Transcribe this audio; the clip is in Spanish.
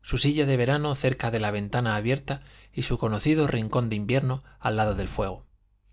su silla de verano cerca de la ventana abierta y su conocido rincón de invierno al lado del fuego